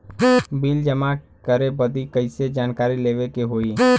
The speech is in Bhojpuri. बिल जमा करे बदी कैसे जानकारी लेवे के होई?